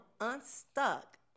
unstuck